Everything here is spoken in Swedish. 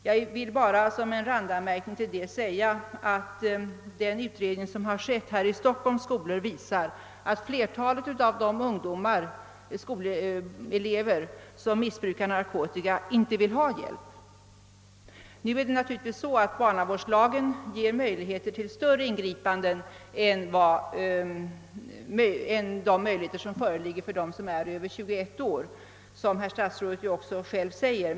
Jag vill bara som en randanmärkning säga, att den utredning som skett i Stockholms skolor visar att flertalet av de skolelever som missbrukar narkotika inte vill ha hjälp: Barnavårdslagen ger större möjligheter till ingripande än de som finns beträffande personer över tjugoett år, vilket herr statsrådet också själv säger.